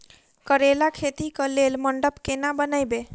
करेला खेती कऽ लेल मंडप केना बनैबे?